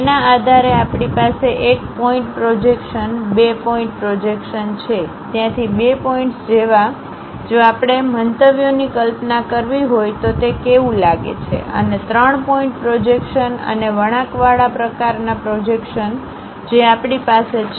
તેના આધારે આપણી પાસે 1 પોઇન્ટ પ્રોજેક્શન 2 પોઇન્ટ પ્રોજેક્શન છે ત્યાંથી 2 પોઇન્ટ્સ જેવા જો આપણે મંતવ્યોની કલ્પના કરવી હોય તો તે કેવું લાગે છે અને 3 પોઇન્ટ પ્રોજેક્શન અને વળાંકવાળા પ્રકારનાં પ્રોજેક્શન જે આપણી પાસે છે